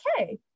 okay